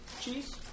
Cheese